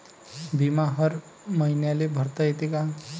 बिमा हर मईन्याले भरता येते का?